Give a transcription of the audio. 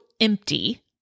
empty